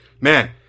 man